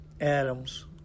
Adams